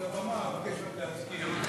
אני מבקש רק להזכיר,